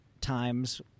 times